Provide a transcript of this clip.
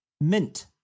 Mint